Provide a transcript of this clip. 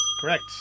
Correct